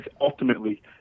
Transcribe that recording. ultimately